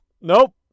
nope